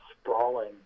sprawling